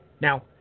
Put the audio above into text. now